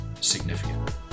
significant